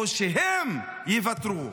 או שהם יוותרו.